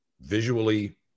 visually